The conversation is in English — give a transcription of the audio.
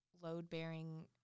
load-bearing